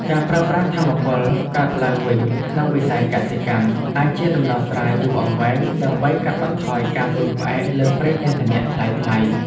ការប្រើប្រាស់ថាមពលកកើតឡើងវិញក្នុងវិស័យកសិកម្មអាចជាដំណោះស្រាយយូរអង្វែង ដើម្បីកាត់បន្ថយការពឹងផ្អែកលើប្រេងឥន្ធនៈថ្លៃៗ។